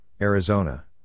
Arizona